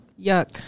Yuck